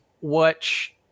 watch